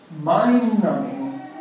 mind-numbing